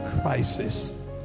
crisis